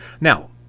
Now